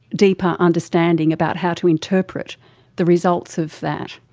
deeper understanding about how to interpret the results of that.